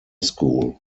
school